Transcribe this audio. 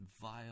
vile